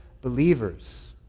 believers